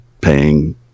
paying